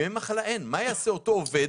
בהיעדר מנגנון שכזה, מה יעשה אותו עובד